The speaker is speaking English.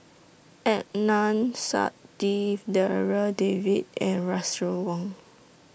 Adnan Saidi Darryl David and Russel Wong